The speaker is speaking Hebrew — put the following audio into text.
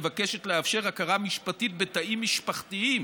מבקשת לאפשר הכרה משפטית בתאים משפחתיים